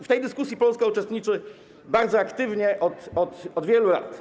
W tej dyskusji Polska uczestniczy bardzo aktywnie od wielu lat.